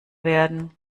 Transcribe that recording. werden